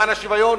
למען השוויון,